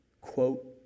quote